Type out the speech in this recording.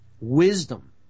Wisdom